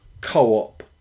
co-op